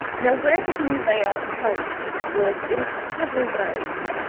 now where the new layout helped was in several ways.